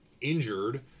injured